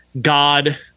God